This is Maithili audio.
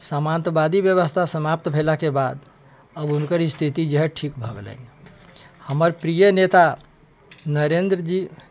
सामंतवादी व्यवस्था समाप्त भेलाके बाद आब हुनकर स्थिति जे हय ठीक भऽ गेलनि हमर प्रिय नेता नरेन्द्र जी